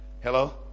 Hello